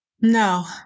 no